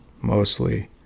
mostly